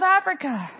Africa